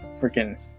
freaking